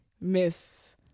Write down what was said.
miss